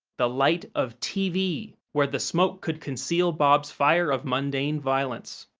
the light of tv, where the smoke could conceal bob's fire of mundane violence.